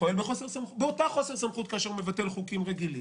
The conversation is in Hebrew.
פועל באותה חוסר סמכות כאשר הוא מבטל חוקים רגילים.